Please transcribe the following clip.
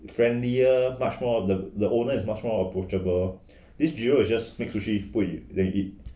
friendlier much more of the the owner is much more approachable this view is just make sushi 贵 they eat